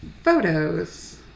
photos